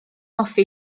hoffi